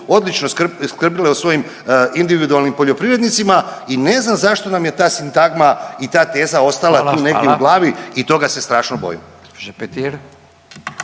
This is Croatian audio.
odlično skrbile o svojim individualnim poljoprivrednicima i ne znam zašto nam je ta sintagma i ta teza ostala tu negdje u glavi i toga se strašno bojimo.